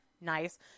nice